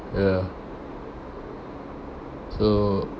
ya so